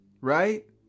right